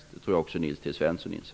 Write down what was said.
Det tror jag också Nils T Svensson inser.